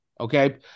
Okay